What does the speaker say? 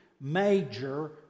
major